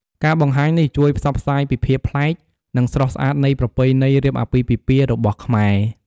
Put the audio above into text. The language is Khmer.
ការបង្ហាញនេះ ជួយផ្សព្វផ្សាយពីភាពប្លែក និងស្រស់ស្អាតនៃប្រពៃណីរៀបអាពាហ៍ពិពាហ៍របស់ខ្មែរ។